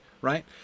right